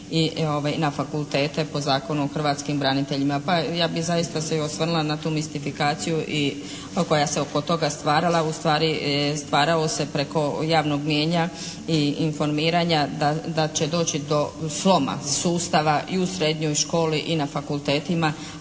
i na fakultete po Zakonu o hrvatskim braniteljima, pa ja bih se zaista osvrnula na tu mistifikaciju koja se oko toga stvarala. U stvari stvarao se preko javnog mnijenja i informiranja da će doći do sloma sustava i u srednjoj školi i na fakultetima,